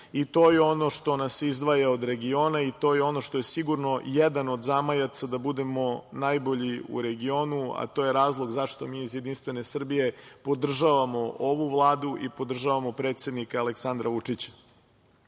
i to je ono što nas izdvaja od regiona i to je ono što je sigurno jedan od zamajaca da budemo najbolji u regionu, a to je razlog zašto mi iz Jedinstvene Srbije podržavamo ovu Vladu i podržavamo predsednika Aleksandra Vučića. Svi